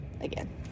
again